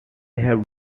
have